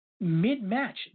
Mid-match